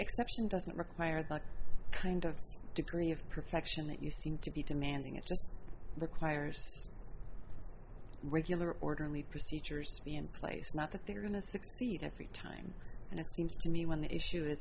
exception doesn't require the kind of degree of perfection that you seem to be demanding it just requires regular orderly procedures in place not that they're going to succeed every time and it seems to me when the issue is